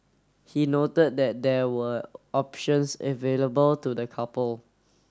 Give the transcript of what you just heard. he noted that there were options available to the couple